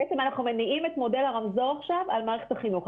בעצם אנחנו מניעים את מודל הרמזור עכשיו על מערכת החינוך.